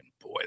Boy